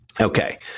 Okay